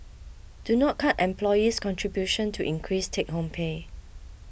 do not cut employee's contribution to increase take home pay